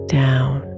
down